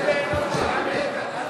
(קוראת בשמות חברי הכנסת)